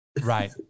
Right